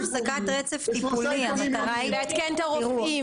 את הרופאים.